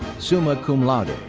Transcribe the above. summa cum laude.